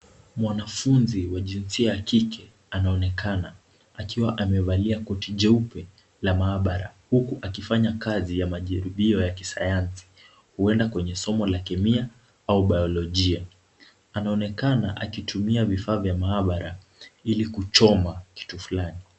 Mwanafunzi wa jinsia ya kike ameonekana akiwa amevalia koti jeupe la maabara huku akifanya kazi ya majaribio ya kisayansi huenda kwenye somo la kemia au bayolojia, anaonekana akitumia vifaa vya maabara ili kuchoma kitu fulani.